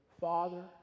father